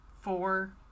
four